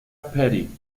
petty